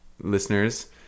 listeners